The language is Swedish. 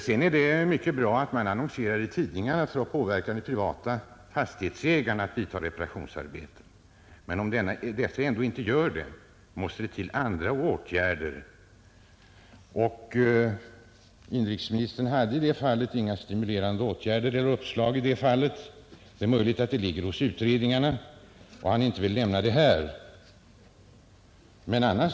Det är mycket bra att man annonserar i tidningarna för att påverka de privata fastighetsägarna att sätta i gång reparationsarbeten, men om dessa inte låter sig påverkas måste andra åtgärder vidtas. Inrikesministern hade här inget uppslag till stimulerande åtgärder — det är möjligt att saken ligger hos utredningarna och att han inte ville nämna någonting här.